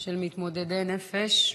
של מתמודדי נפש.